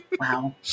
Wow